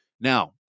now